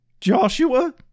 Joshua